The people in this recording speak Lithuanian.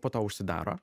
po to užsidaro